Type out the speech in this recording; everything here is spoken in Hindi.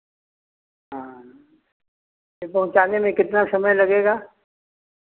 हाँ फिर पहुँचाने में कितना समय लगेगा